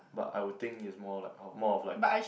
but I would think it's more like or more of like